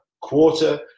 quarter